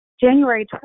January